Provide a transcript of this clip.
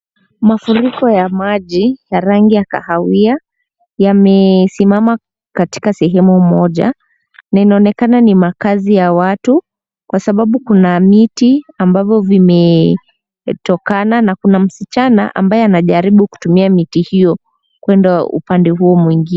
Mafuriko ya maji ya rangi ya kahawia yamesimama katika sehemu moja. Na inaonekana ni makazi ya watu kwa sababu kuna miti ambavyo vimetokana. Na kuna msichana anajaribu kutumia miti hiyo kwenda upande huo mwingine.